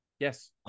Yes